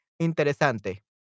Interesante